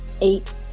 eight